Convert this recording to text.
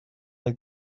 like